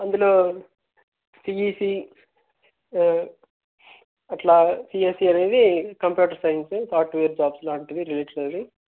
అందులో సీఈసీ అట్లా సీఎస్సీ అనేది కంప్యూటర్ సైన్సు సాఫ్ట్వేర్ జాబ్స్ లాంటివి చెయ్యచ్చు అది